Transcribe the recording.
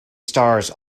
stars